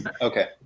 Okay